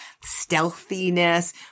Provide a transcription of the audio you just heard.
stealthiness